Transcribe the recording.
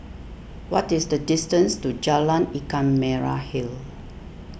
what is the distance to Jalan Ikan Merah Hill